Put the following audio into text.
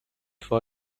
for